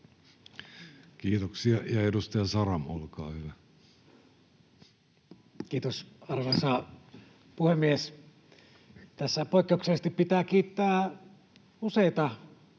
Kiitoksia. — Edustaja Saramo, olkaa hyvä. Kiitos, arvoisa puhemies! Tässä poikkeuksellisesti pitää kiittää useita edellisiä